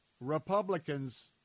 Republicans